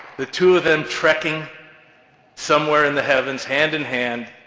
the two of them trekking somewhere in the heavens, hand-in-hand,